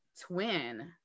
twin